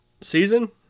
season